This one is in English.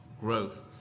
growth